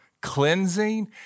cleansing